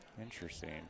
Interesting